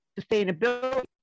sustainability